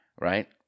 right